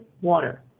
water